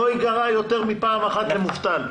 לא ייגרע יותר מפעם אחת על מובטל.